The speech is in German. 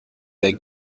der